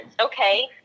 okay